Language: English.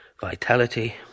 Vitality